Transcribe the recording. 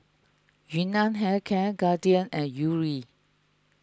Yun Nam Hair Care Guardian and Yuri